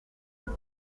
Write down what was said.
disk